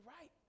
right